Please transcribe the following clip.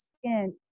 skin